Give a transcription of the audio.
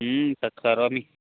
तत् करोमि